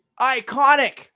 iconic